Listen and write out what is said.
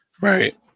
Right